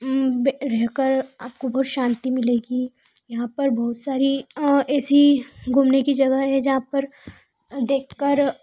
रह कर आपको बहुत शांति मिलेगी यहाँ पर बहुत सारी ऐसी घूमने की जगह है जहाँ पर देखकर